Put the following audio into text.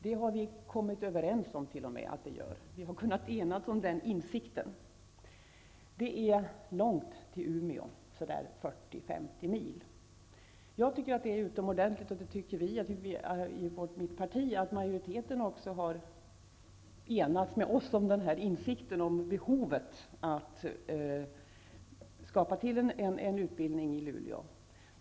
Vi i utskottet har t.o.m. kunnat enas om den insikten. Det är långt till Umeå, ungefär 40--50 mil. Jag, liksom mitt parti, tycker att det är utomordentligt att majoriteten har kunnat enats med oss kring insikten om behovet av att tillskapa en utbildning i Luleå.